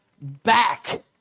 back